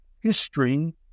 history